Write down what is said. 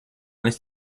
nicht